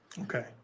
Okay